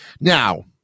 Now